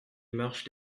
marche